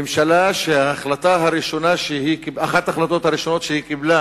ממשלה שאחת ההחלטות הראשונות שהיא קיבלה